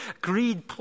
greed